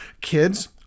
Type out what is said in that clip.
kids